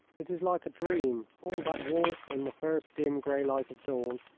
it is like a dream, all that walk in the first dim grey light of dawn,